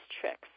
tricks